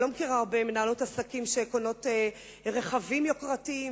אני לא מכירה הרבה מנהלות עסקים שקונות רכבים יוקרתיים,